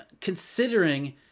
considering